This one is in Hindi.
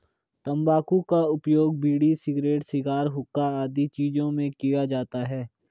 तंबाकू का उपयोग बीड़ी, सिगरेट, शिगार, हुक्का आदि चीजों में किया जाता है